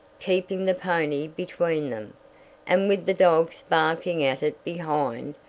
keeping the pony between them and with the dogs barking at it behind,